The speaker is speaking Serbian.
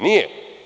Nije.